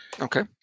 Okay